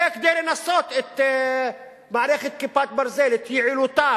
זה כדי לנסות את מערכת "כיפת ברזל", את יעילותה.